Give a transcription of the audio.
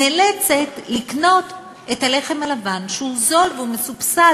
נאלצת לקנות את הלחם הלבן, שהוא זול והוא מסובסד.